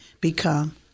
become